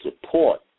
support